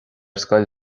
scoil